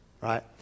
right